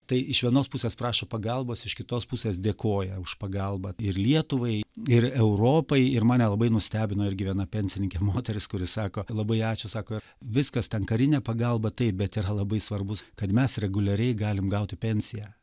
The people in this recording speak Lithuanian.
tai iš vienos pusės prašo pagalbos iš kitos pusės dėkoja už pagalbą ir lietuvai ir europai ir mane labai nustebino irgi viena pensininkė moteris kuri sako labai ačiū sako viskas ten karinė pagalba taip bet yra labai svarbus kad mes reguliariai galime gauti pensiją